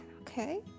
okay